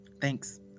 Thanks